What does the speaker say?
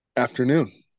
afternoon